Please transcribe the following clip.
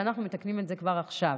ואנחנו מתקנים את זה כבר עכשיו.